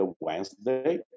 Wednesday